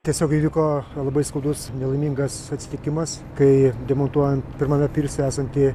tiesiog įvyko labai skaudus nelaimingas atsitikimas kai demontuojant pirmame pirse esantį